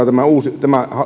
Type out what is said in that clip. tämä uusi